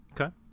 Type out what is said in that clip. Okay